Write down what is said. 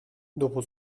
dopo